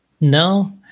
no